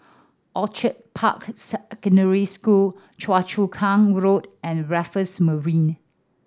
Orchid Park Secondary School Choa Chu Kang Road and Raffles Marina